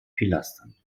pilastern